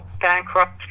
bankrupt